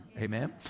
Amen